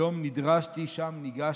/ יום נדרשתי, שם ניגשתי,